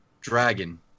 dragon